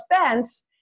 offense